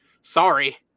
Sorry